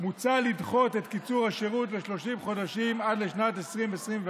מוצע לדחות את קיצור השירות ל-30 חודשים עד לשנת 2024,